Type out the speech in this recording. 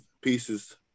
pieces